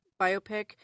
biopic